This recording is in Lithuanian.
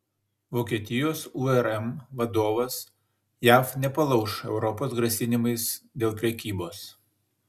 vokietijos urm vadovas jav nepalauš europos grasinimais dėl prekybos